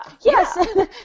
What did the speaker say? yes